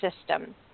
system